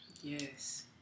yes